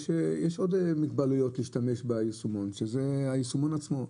יש עוד מוגבלויות ליישומון וזה היישומון עצמו.